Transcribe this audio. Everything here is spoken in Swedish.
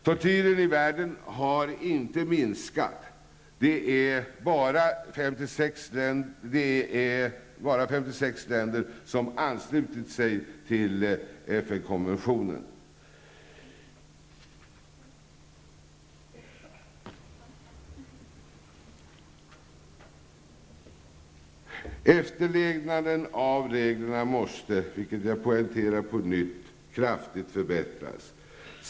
Tortyren i världen har inte minskat. Det är bara 56 länder som har anslutit sig till FN-konventionen. Efterlevnaden av reglerna måste kraftigt förbättras, vilket jag poängterar på nytt.